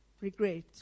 regret